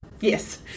Yes